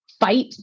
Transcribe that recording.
fight